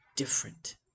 different